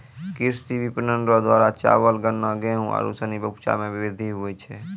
कृषि विपणन रो द्वारा चावल, गन्ना, गेहू आरू सनी उपजा मे वृद्धि हुवै छै